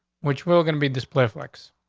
which will gonna be display flex.